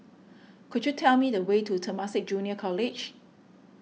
could you tell me the way to Temasek Junior College